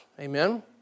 Amen